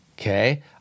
okay